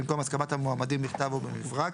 במקום "הסכמת המועמדים בכתב או במברק"